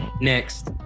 Next